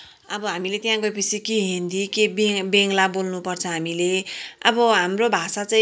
अब हामीले त्यहाँ गए पछि कि हिन्दी कि बङ्गला बोल्नु पर्छ हामीले अब हाम्रो भाषा चाहिँ